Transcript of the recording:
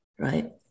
Right